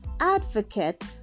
advocate